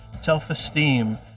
self-esteem